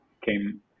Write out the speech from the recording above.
came